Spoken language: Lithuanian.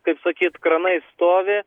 kaip sakyt kranai stovi